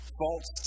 false